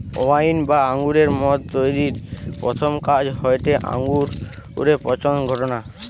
wine বা আঙুরের মদ তৈরির প্রথম কাজ হয়টে আঙুরে পচন ঘটানা